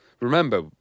Remember